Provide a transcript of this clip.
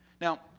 Now